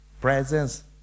presence